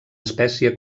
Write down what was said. espècie